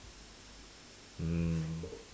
mm